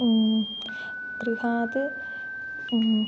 गृहात्